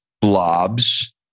blobs